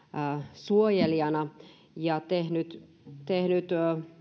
suojelijana ja tehnyt tehnyt